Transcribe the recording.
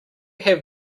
have